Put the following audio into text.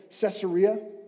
Caesarea